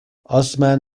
osman